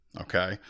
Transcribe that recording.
okay